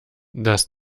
das